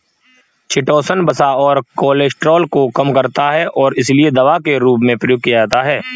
chitosan वसा और cholesterol को कम करता है और इसीलिए दवा के रूप में प्रयोग किया जाता है